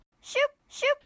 Shoop-shoop